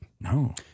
No